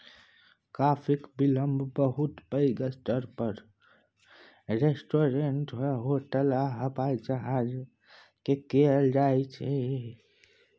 काफीक बिलहब बहुत पैघ स्तर पर रेस्टोरेंट, होटल आ हबाइ जहाज मे कएल जाइत छै